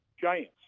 giants